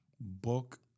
book